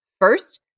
First